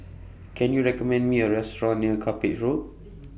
Can YOU recommend Me A Restaurant near Cuppage Road